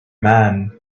man